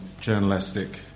journalistic